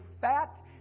fat